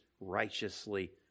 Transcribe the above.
righteously